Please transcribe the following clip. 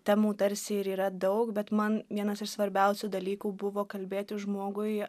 temų tarsi ir yra daug bet man vienas iš svarbiausių dalykų buvo kalbėti žmogui